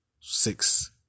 six